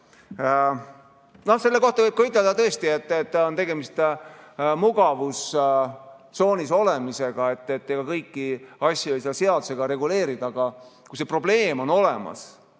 Selle kohta võib ka ütelda, et tõesti on tegemist mugavustsoonis olemisega. Ega kõiki asju ei saa seadusega reguleerida, aga kui see probleem on olemas